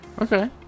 Okay